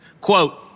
quote